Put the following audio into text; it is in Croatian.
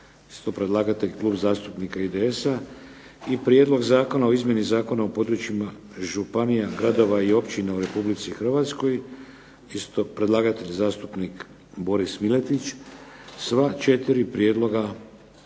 isto predlagatelj Klub zastupnika IDS-a i Prijedlog zakona o izmjeni Zakona o područjima županija gradova i općina u Republici Hrvatskoj, isto predlagatelj zastupnik Boris Miletić. Sva četiri prijedloga